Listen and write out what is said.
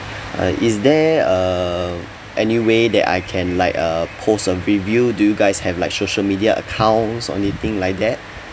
is there uh any way that I can like uh post a review do you guys have like social media accounts or anything like that